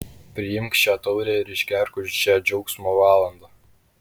priimk šią taurę ir išgerk už šią džiaugsmo valandą